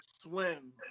swim